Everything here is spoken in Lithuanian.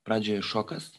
pradžioje šokas